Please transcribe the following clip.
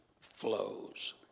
flows